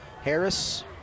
Harris